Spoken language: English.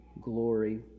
glory